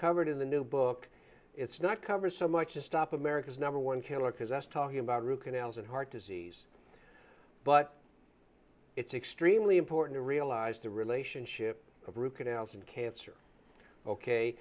covered in the new book it's not cover so much to stop america's number one killer because i was talking about root canals and heart disease but it's extremely important to realize the relationship of root canals and cancer ok